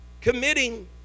committing